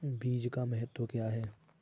बीज का महत्व क्या है?